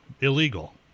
illegal